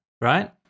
right